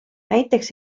näiteks